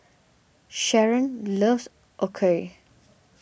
Sherron loves Okayu